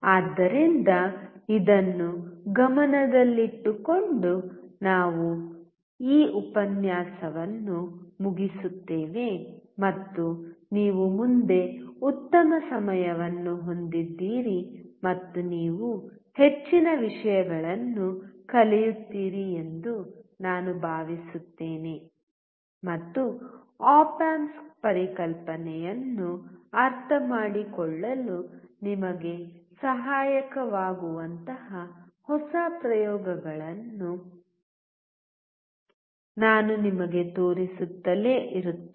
ಆದ್ದರಿಂದ ಇದನ್ನು ಗಮನದಲ್ಲಿಟ್ಟುಕೊಂಡು ನಾವು ಈ ಉಪನ್ಯಾಸವನ್ನು ಮುಗಿಸುತ್ತೇವೆ ಮತ್ತು ನೀವು ಮುಂದೆ ಉತ್ತಮ ಸಮಯವನ್ನು ಹೊಂದಿದ್ದೀರಿ ಮತ್ತು ನೀವು ಹೆಚ್ಚಿನ ವಿಷಯಗಳನ್ನು ಕಲಿಯುತ್ತೀರಿ ಎಂದು ನಾನು ಭಾವಿಸುತ್ತೇನೆ ಮತ್ತು ಆಪ್ ಆಂಪ್ಸ್ ಪರಿಕಲ್ಪನೆಯನ್ನು ಅರ್ಥಮಾಡಿಕೊಳ್ಳಲು ನಿಮಗೆ ಸಹಾಯಕವಾಗುವಂತಹ ಹೊಸ ಪ್ರಯೋಗಗಳನ್ನು ನಾನು ನಿಮಗೆ ತೋರಿಸುತ್ತಲೇ ಇರುತ್ತೇನೆ